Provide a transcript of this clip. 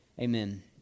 Amen